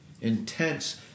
intense